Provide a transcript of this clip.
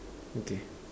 okay